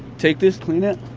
take this, clean it.